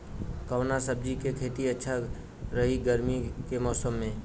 कवना सब्जी के खेती अच्छा रही गर्मी के मौसम में?